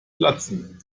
platzen